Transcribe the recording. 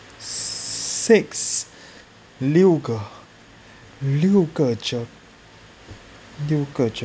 six 六个六个 GER